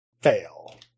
fail